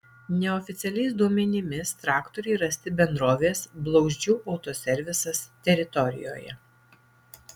neoficialiais duomenimis traktoriai rasti bendrovės blauzdžių autoservisas teritorijoje